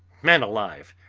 man alive,